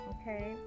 okay